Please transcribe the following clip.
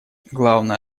главная